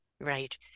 Right